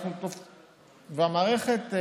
והמערכת,